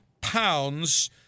pounds